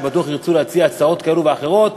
שבטח ירצו להציע הצעות כאלו ואחרות,